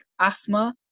asthma